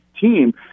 team